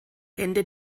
ende